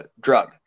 drug